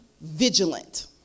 vigilant